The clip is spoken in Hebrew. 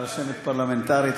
רשמת פרלמנטרית,